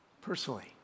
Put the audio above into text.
personally